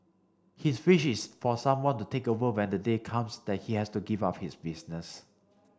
his wish is for someone to take over when the day comes that he has to give up his business